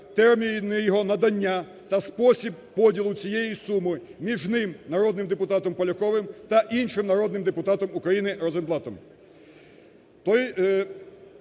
термін його надання та спосіб поділу цієї суми між ним, народним депутатом Поляковим та іншим народним депутатом України Розенблатом.